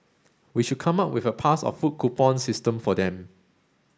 we should come up with a pass or food coupon system for them